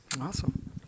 Awesome